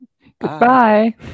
goodbye